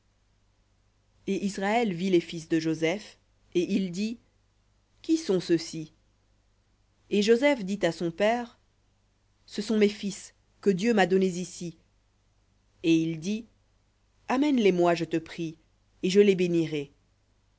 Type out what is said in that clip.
et israël vit les fils de joseph et il dit qui sont ceux-ci et joseph dit à son père ce sont mes fils que dieu m'a donnés ici et il dit amène les moi je te prie et je les bénirai